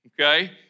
Okay